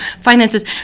finances